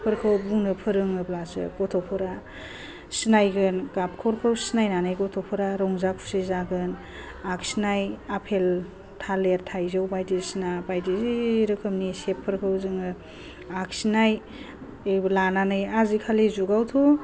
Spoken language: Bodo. फोरखौ बुंनो फोरोङोब्लासो गथ'फोरा सिनायगोन गाबफोरखौ सिनायनानै गथ'फोरा रंजा खुसि जागोन आखिनाय आपेल थालिर थाइजौ बाइदिसिना बायदि रोखोमनि सेपफोरखौ जोङो आखिनाय लानानै आजिखालि जुगावथ'